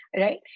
right